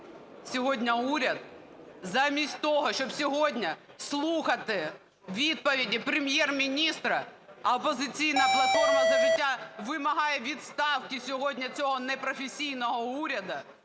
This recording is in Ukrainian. сьогодні уряд, замість того, щоб сьогодні слухати відповіді Прем’єр-міністра, "Опозиційна платформа - За життя" вимагає відставки сьогодні цього непрофесійного уряду.